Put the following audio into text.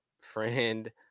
friend